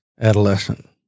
adolescent